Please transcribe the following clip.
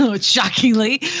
Shockingly